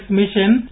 mission